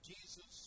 Jesus